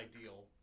ideal